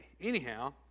Anyhow